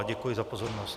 Děkuji za pozornost.